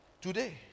Today